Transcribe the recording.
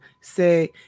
say